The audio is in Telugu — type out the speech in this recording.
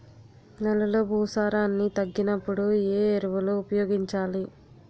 నెలలో భూసారాన్ని తగ్గినప్పుడు, ఏ ఎరువులు ఉపయోగించాలి?